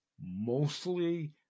mostly